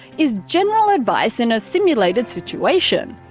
is general advice in a simulated situation.